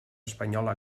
espanyola